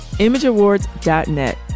imageawards.net